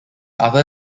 other